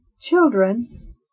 Children